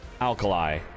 Alkali